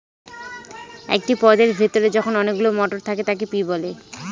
একটি পদের ভেতরে যখন অনেকগুলো মটর থাকে তাকে পি বলে